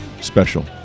special